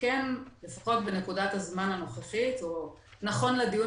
לפחות בנקודת הזמן הנוכחית או נכון לדיון